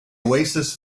oasis